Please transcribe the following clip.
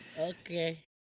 Okay